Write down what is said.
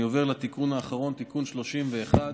אני עובר לתיקון האחרון, תיקון 31,